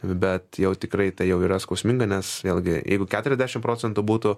bet jau tikrai tai jau yra skausminga nes vėlgi jeigu keturiasdešimt procentų būtų